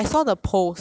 as in you are